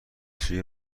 سوی